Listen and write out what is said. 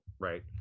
right